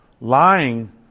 Lying